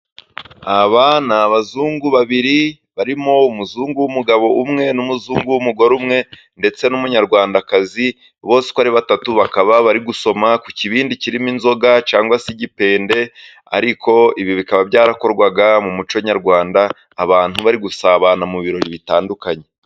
Aba ni abazungu babiri barimo umuzungu w'umugabo umwe n'umuzungu w'umugore umwe ndetse n'umunyarwandakazi, bose uko ari batatu bakaba bari gusoma ku kibindi kirimo inzoga cyangwa se igipende. Ariko ibi bikaba byarakorwaga mu muco nyarwanda, abantu bari gusabana mu birori bitandukanye.